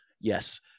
Yes